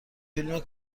فیلم